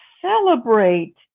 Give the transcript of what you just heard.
celebrate